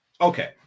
okay